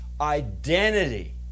identity